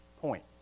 point